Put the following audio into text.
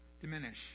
diminish